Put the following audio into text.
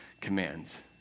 commands